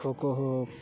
ᱠᱷᱳᱠᱳ ᱦᱳᱠ